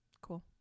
Cool